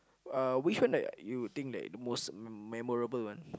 uh which one that you think that the most me~ memorable one